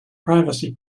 privacy